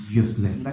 useless